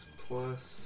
plus